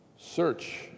Search